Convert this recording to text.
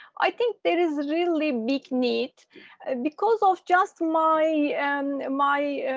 i think there is a really big need because of just my and my